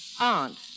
Aunt